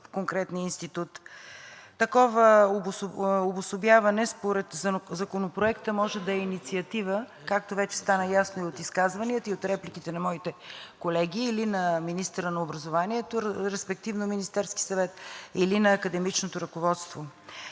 конкретния институт. Такова обособяване според Законопроекта може да е инициатива, както вече стана ясно и от изказванията, и от репликите на моите колеги, или на министъра на образованието, респективно Министерския съвет, или на академичното ръководство.